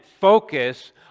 focus